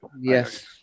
yes